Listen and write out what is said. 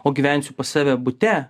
o gyvensiu pas save bute